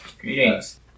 Greetings